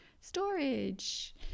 Storage